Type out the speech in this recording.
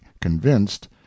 convinced